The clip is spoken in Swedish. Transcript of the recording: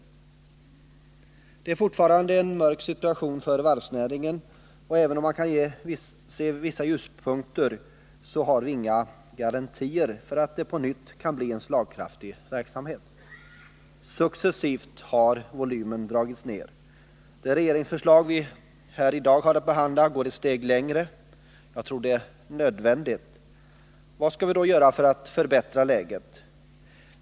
Situationen är fortfarande mörk för varvsnäringen, och även om man kan se vissa ljuspunkter, har vi inga garantier för att denna näring på nytt kan blien Nr 164 slagkraftig verksamhet. Successivt har volymen dragits ned. Det regeringsförslag som vi i dag har att behandla går ett steg längre. Jag tror att det är nödvändigt. Vad kan vi då göra för att förbättra läget?